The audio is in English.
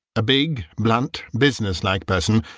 a big, blunt, businesslike person,